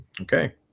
Okay